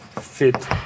fit